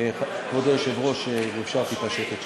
כבוד היושב-ראש, אם אפשר טיפה שקט שם.